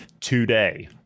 today